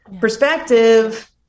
perspective